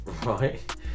Right